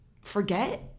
forget